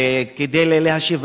וכדי להשיב,